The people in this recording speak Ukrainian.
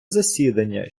засідання